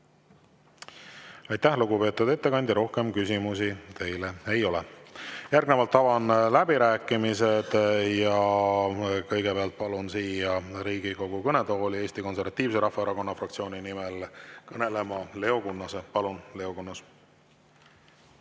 Aitäh, lugupeetud ettekandja! Rohkem küsimusi teile ei ole. Avan läbirääkimised ja kõigepealt palun Riigikogu kõnetooli Eesti Konservatiivse Rahvaerakonna fraktsiooni nimel kõnelema Leo Kunnase. Palun, Leo Kunnas!